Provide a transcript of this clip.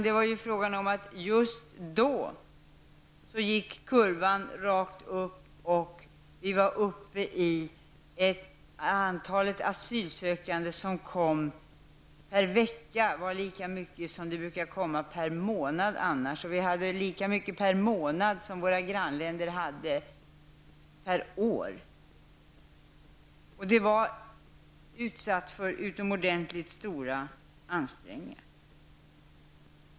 Det var i stället fråga om att just då gick kurvan rakt uppåt och antalet ansylsökande som kom per vecka var lika stort som det annars brukar komma per månad. Det kom lika många per månad som det kom till våra grannländer per år. Berörda myndigheter och organisationer var utsatta för utomordentligt stora prövningar.